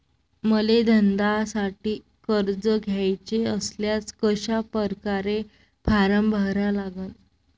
मले धंद्यासाठी कर्ज घ्याचे असल्यास कशा परकारे फारम भरा लागन?